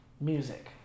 Music